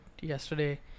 yesterday